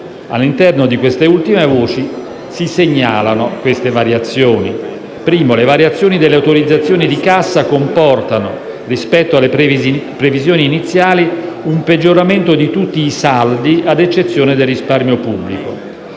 all'interno di queste ultime voci si segnalano le seguenti variazioni. In primo luogo, le variazioni delle autorizzazioni di cassa comportano, rispetto alle previsioni iniziali, un peggioramento di tutti i saldi ad eccezione del risparmio pubblico.